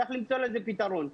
צריך למצוא לזה פתרון.